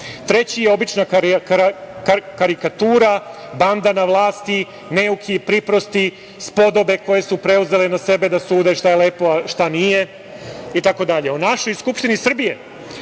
Treći je obična karikatura. Banda na vlasti, neuki, priprosti, spodobe koje su preuzele na sebe da sude šta je lepo, a šta nije, itd.O našoj Skupštini Srbije